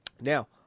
Now